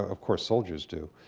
of course, soldiers do.